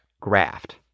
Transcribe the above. graft